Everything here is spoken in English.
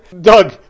Doug